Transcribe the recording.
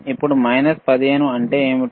ఇప్పుడు మైనస్ 15 అంటే ఏమిటి